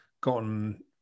gotten